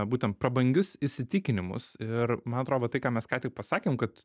būtent prabangius įsitikinimus ir man atrodo kad tai ką mes ką tik pasakėm kad